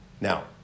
Now